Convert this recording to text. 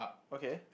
okay